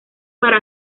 para